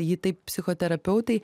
jį taip psichoterapeutai